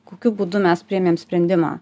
kokiu būdu mes priėmėm sprendimą